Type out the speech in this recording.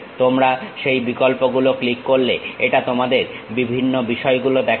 তোমরা সেই বিকল্প গুলো ক্লিক করলে এটা তোমাদের বিভিন্ন বিষয় গুলো দেখাবে